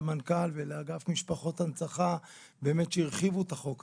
למנכ"ל ולאגף משפחות הנצחה שבאמת הרחיבו את החוק הזה,